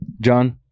john